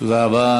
תודה רבה.